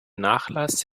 nachlass